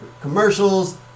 Commercials